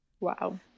wow